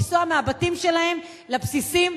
לנסוע מהבתים שלהם לבסיסים,